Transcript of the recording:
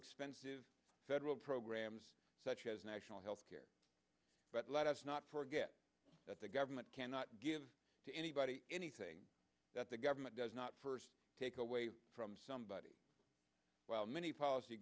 expensive federal programs such as national health care but let us not forget that the government cannot give to anybody anything that the government does not first take away from somebody while many policy